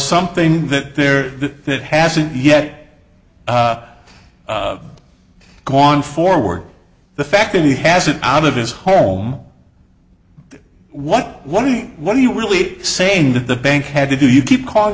something that there that hasn't yet gone forward the fact that he has it out of his home what one what are you really saying that the bank had to do you keep calling